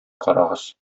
карагыз